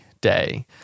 day